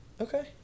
Okay